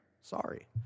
Sorry